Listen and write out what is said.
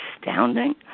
astounding